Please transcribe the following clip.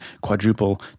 quadruple